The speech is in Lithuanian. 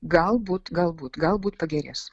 galbūt galbūt galbūt pagerės